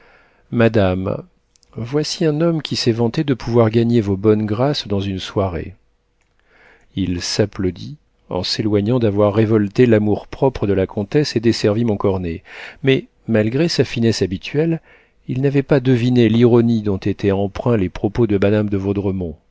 madame voici un homme qui s'est vanté de pouvoir gagner vos bonnes grâces dans une soirée il s'applaudit en s'éloignant d'avoir révolté l'amour-propre de la comtesse et desservi montcornet mais malgré sa finesse habituelle il n'avait pas deviné l'ironie dont étaient empreints les propos de madame de